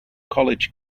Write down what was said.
college